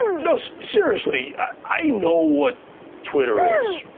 no, so seriously, i know what twitter is,